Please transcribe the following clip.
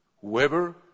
whoever